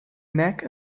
neck